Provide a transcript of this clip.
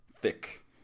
thick